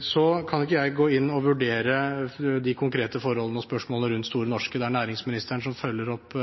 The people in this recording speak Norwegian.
Så kan ikke jeg gå inn og vurdere de konkrete forholdene og spørsmålene rundt Store Norske. Det er næringsministeren som følger opp